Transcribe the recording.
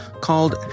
called